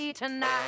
tonight